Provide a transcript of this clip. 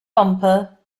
bumper